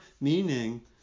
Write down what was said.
meaning